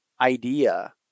idea